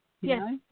Yes